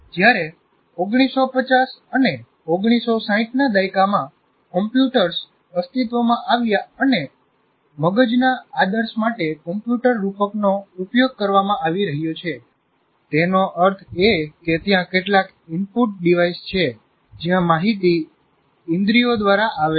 જયારે 1950 અને 1960 ના દાયકામાં કમ્પ્યુટર્સ અસ્તિત્વમાં આવ્યા અને મગજના આદર્શ માટે કમ્પ્યુટર રૂપકનો ઉપયોગ કરવામાં આવી રહ્યો છે તેનો અર્થ એ કે ત્યાં કેટલાક ઇનપુટ ડિવાઇસ છે જ્યાં માહિતી ઇન્દ્રિયો દ્વારા આવે છે